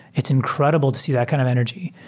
it's incredible to see that kind of energy.